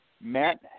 Matt